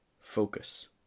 focus